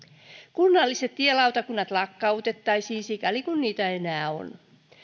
kunnalliset tielautakunnat lakkautettaisiin sikäli kuin niitä enää on